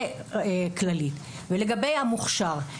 לגבי המוכשר,